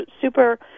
super